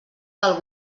del